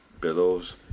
billows